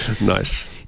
Nice